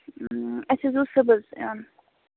اَسہِ حظ اوس صُبحَس یُن